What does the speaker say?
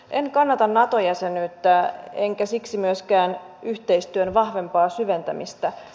en kannata nato jäsenyyttä enkä siksi myöskään yhteistyön vahvempaa syventämistä